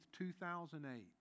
2008